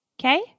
Okay